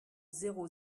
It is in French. zéro